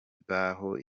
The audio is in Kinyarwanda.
baho